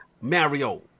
Mario